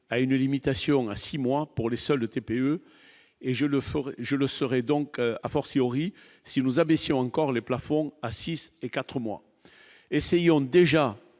à une limitation à 6 mois pour les soldes TPE et je le ferais, je le serai donc, a fortiori si nous abaisser encore les plafonds à 6 et 4 mois essayons déjà